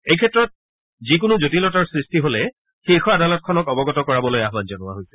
এইক্ষেত্ৰত যিকোনো জটিলতাৰ সৃষ্টি হ'ল শীৰ্ষ আদালতখনক অৱগত কৰাবলৈ আহান জনোৱা হৈছে